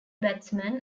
batsman